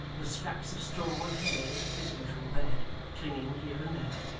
with scraps of straw and hay his usual bed clinging here and there,